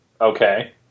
Okay